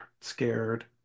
scared